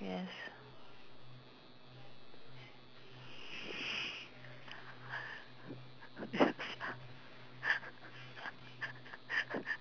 yes